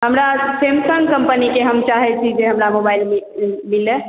हमरा सैमसंग कंपनीक हम चाहै छी जे हमरा मोबाइल मिलऽ